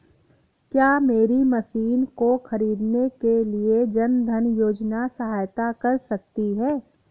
क्या मेरी मशीन को ख़रीदने के लिए जन धन योजना सहायता कर सकती है?